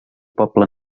poble